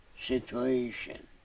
situation